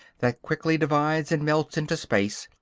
that quickly divides and melts into space,